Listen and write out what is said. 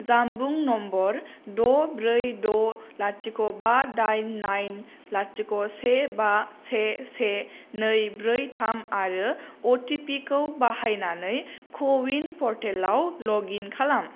जानबुं नम्बर ड' ब्रै ड' लाथिख' बा डाइन नाइन लाथिख' से बा से से नै ब्रै थाम आरो अटिपि खौ बाहायनानै कविन पर्टेलाव लग इन खालाम